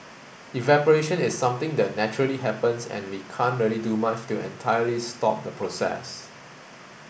evaporation is something that naturally happens and we can't really do much to entirely stop the process